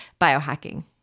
biohacking